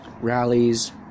rallies